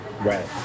right